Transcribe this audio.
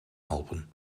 helpen